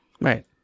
Right